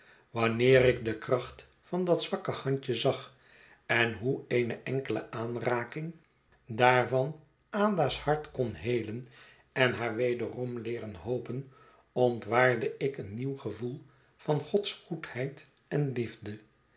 wanneer ik de kracht van dat zwakke handje zag en hoe eene enkele aanraking daaresther's verhaal spoedt tem einde van ada's hart kon heelen en haar wederom leeren hopen ontwaarde ik een nieuw gevoel van gods goedheid en liefde